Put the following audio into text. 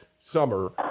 summer